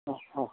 অ অ